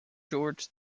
george